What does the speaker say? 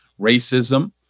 racism